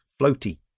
floaty